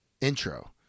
intro